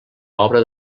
obra